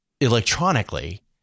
electronically